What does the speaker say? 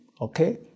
okay